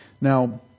Now